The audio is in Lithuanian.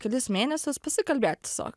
kelis mėnesius pasikalbėt tiesiog